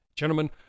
Gentlemen